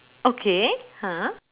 okay ha